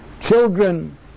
children